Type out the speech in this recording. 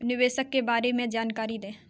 निवेश के बारे में जानकारी दें?